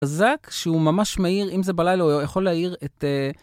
חזק שהוא ממש מהיר אם זה בלילה הוא יכול להעיר את.